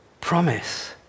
promise